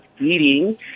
eating